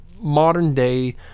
modern-day